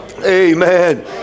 Amen